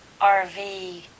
RV